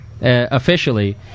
officially